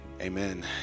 Amen